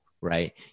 right